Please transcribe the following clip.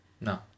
no